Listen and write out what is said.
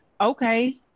Okay